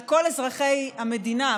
על כל אזרחי המדינה,